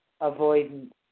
avoidance